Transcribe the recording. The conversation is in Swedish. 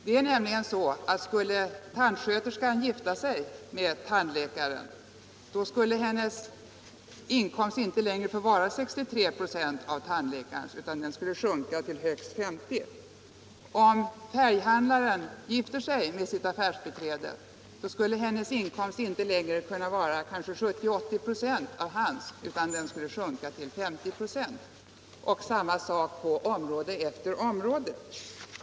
Det är nämligen så att skulle tandsköterskan gifta sig med tandläkaren, skulle hennes inkomst inte längre få vara 63 "» av tandläkarens, utan den skulle sjunka till högst 50 ".. Om färghandlaren gifte sig med sitt affärsbiträde, så skulle hennes inkomst inte längre kunna vara kanske 70-80 ”. av hans, utan den skulle sjunka till 50 ",. Samma sak skulle det vara på område efter område.